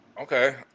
Okay